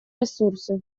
ресурсы